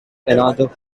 another